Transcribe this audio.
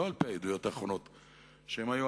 לא על-פי העדויות האחרונות,